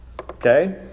Okay